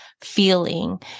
feeling